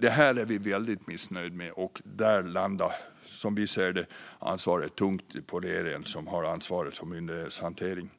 Detta är vi mycket missnöjda med. Där landar, som vi ser det, ansvaret tungt på regeringen som har ansvaret för myndighetshantering.